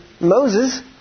Moses